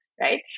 right